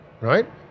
right